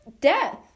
Death